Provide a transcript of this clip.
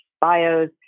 bios